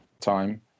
time